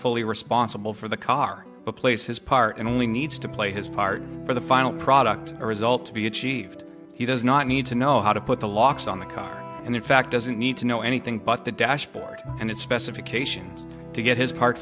fully responsible for the car the place is part and only needs to play his part for the final product or result to be achieved he does not need to know how to put the locks on the car and in fact doesn't need to know anything but the dashboard and its specifications to get his part